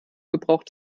gebraucht